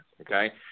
Okay